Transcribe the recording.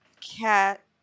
cat